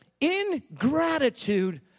Ingratitude